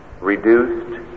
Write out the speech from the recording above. reduced